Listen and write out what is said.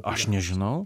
aš nežinau